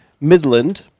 Midland